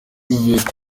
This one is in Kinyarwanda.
bivuye